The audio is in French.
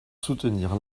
soutenir